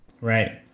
Right